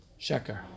sheker